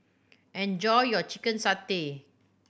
enjoy your chicken satay